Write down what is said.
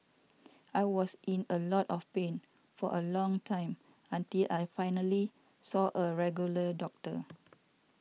I was in a lot of pain for a long time until I finally saw a regular doctor